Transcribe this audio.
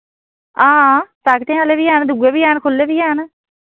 हां पैकेटें आह्ले वि हैन दुए वि हैन खुल्ले वि हैन